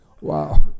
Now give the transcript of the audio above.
Wow